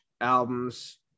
albums